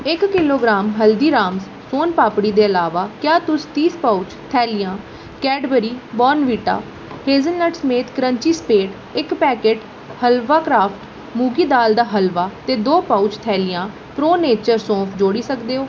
इक kilogram Haldiram soan papdi दे अलावा क्या तुस तीस पाउच थैलियां कैडबरी बॉर्नवीटा हेज़लनट समेत क्रंची स्प्रैड इक पैकट हलवा क्राफ्ट मुंगी दाली दा हलवा ते दो पाउच थैलियां प्रो नेचर सौंफ जोड़ी सक्दे ओ